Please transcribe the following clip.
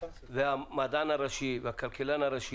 המדען הראשי והכלכלן הראשי,